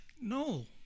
no